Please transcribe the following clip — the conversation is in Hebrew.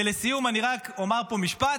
ולסיום, אני רק אומר פה משפט: